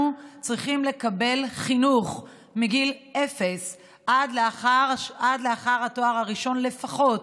צריכים לקבל חינוך מגיל אפס עד לאחר התואר הראשון לפחות,